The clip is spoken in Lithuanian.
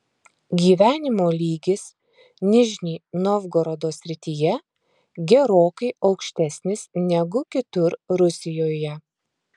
gyvenimo lygis nižnij novgorodo srityje gerokai aukštesnis negu kitur rusijoje